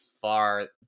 far